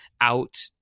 out